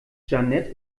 jeanette